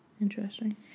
Interesting